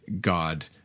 God